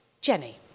Jenny